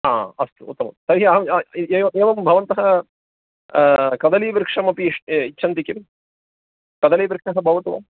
हा अस्तु उत्तमं तर्हि अहम् एव एव भवन्तः कदलीवृक्षमपि इच्छन्ति किल कदलीवृक्षः भवतु